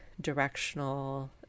directional